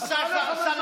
אז בוא, מה זה?